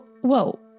Whoa